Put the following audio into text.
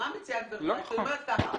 נכון, בדיוק.